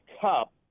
cup